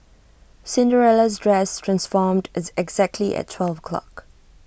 Cinderella's dress transformed exactly at twelve o'clock